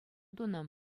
тунӑ